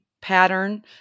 pattern